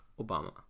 Obama